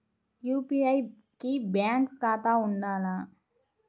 UPI కి bank ఖాతా ఉండాల?